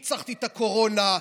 אני ניצחתי את הקורונה.